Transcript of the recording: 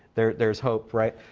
there's there's hope, right?